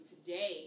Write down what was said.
today